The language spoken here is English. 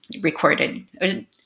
recorded